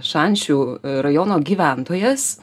šančių rajono gyventojas